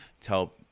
tell